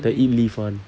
the eat leaf [one]